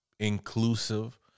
inclusive